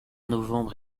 novembre